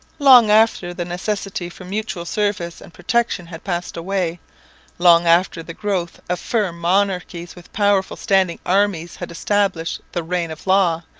long after the necessity for mutual service and protection had passed away long after the growth of firm monarchies with powerful standing armies had established the reign of law,